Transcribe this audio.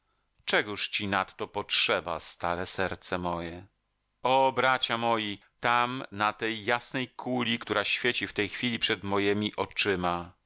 czegóż ci nadto potrzeba stare serce moje o bracia moi tam na tej jasnej kuli która świeci w tej chwili przed mojemi oczyma